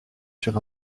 sur